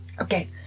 Okay